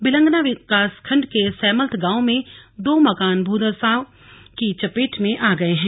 भिलंगना विकासखंड के सेमल्थ गांव में दो मकान भूधंसाव की चपेट में आ गए हैं